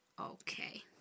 okay